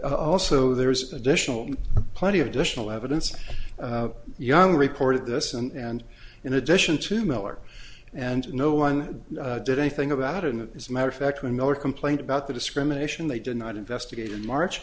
also there is additional plenty of additional evidence young reported this and in addition to miller and no one did anything about it in this matter fact when miller complained about the discrimination they did not investigate in march